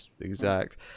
exact